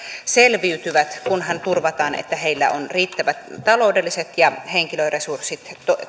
selviytyvät kunhan turvataan että heillä on riittävät taloudelliset ja henkilöresurssit